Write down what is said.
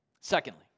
Secondly